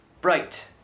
Bright